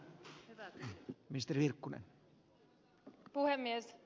arvoisa puhemies